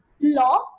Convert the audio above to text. law